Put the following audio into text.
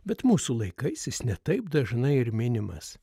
bet mūsų laikais jis ne taip dažnai ir minimas